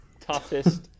toughest